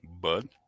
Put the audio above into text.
bud